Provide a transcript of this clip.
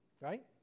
right